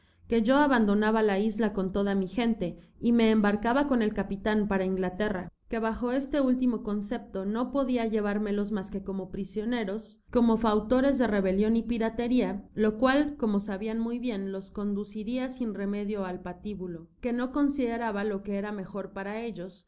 que yo abandonaba la isla con toda mi gente y me embarcaba can el capitaa para inglaterra que bajo este último concepto no podia llevármelos mas que como prisioneros para ser juzgados en inglaterra como fautores de rebelion y pirateria lo cual como sabían muy bien los conduciria sin remedio al pat bulo que no consideraba lo que era mejor para ellos